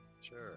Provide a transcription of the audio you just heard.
Sure